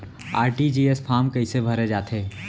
RTGS form कइसे भरे जाथे?